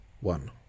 one